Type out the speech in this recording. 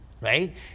right